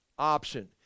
option